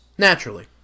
Naturally